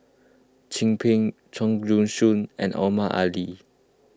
Chin Peng Chua Joon Siang and Omar Ali